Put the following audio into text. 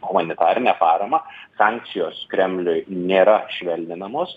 humanitarinę paramą sankcijos kremliui nėra švelninamos